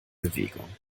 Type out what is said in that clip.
bewegung